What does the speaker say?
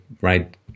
right